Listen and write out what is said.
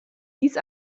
dies